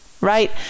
right